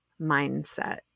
mindset